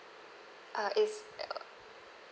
uh is err